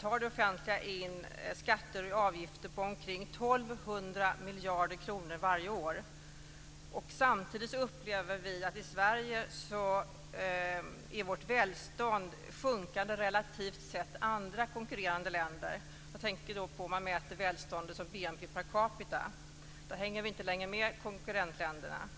tar det offentliga in skatter och avgifter på omkring 1 200 miljarder kronor varje år. Samtidigt upplever vi att i Sverige är vårt välstånd relativt sett sjunkande gentemot andra konkurrerande länder. Jag tänker då på när man mäter välståndet som BNP per capita. Där hänger Sverige inte längre med konkurrentländerna.